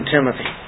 Timothy